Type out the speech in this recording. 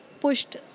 pushed